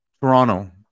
Toronto